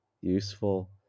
useful